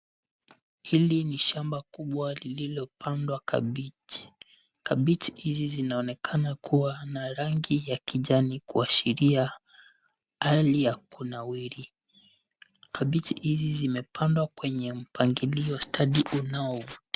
Hili ni shamba kubwa lililopandwa kabichi. Kabichi hizi zinaonekana kuwa na rangi ya kijani kuashiria hali ya kunawiri. Kabichi hizi zimepandwa kwenye mpangilio stadi unaovutia.